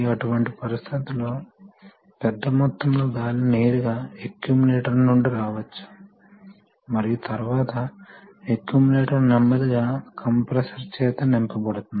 కాబట్టి proportional valves ఈ open లేదా పాక్షిక క్లోజ్డ్ లూప్ కంట్రోల్ ను ఉపయోగిస్తాయి మరియు అవి చాలా ఎక్కువ లక్షణం కలిగిన పరికరాలు